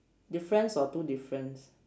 difference or two difference